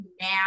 now